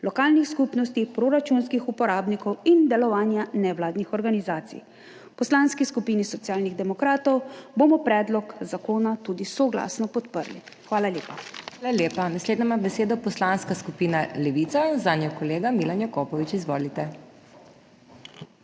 lokalnih skupnosti, proračunskih uporabnikov in delovanja nevladnih organizacij. V Poslanski skupini Socialnih demokratov bomo predlog zakona tudi soglasno podprli. Hvala lepa. **PODPREDSEDNICA MAG. MEIRA HOT:** Hvala lepa. Naslednja ima besedo Poslanska skupina Levica, zanjo kolega Milan Jakopovič. Izvolite.